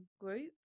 group